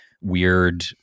weird